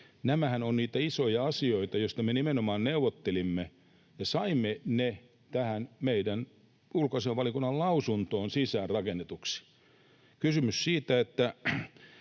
nämähän ovat niitä isoja asioita, joista me nimenomaan neuvottelimme ja jotka saimme tähän meidän ulkoasiainvaliokunnan mietintöön sisään rakennetuksi. Kun on kysymys siitä, että